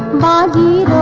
body a